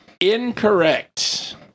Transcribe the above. Incorrect